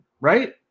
right